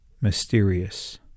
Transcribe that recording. mysterious